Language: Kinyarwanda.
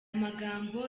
magambo